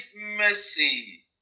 mercy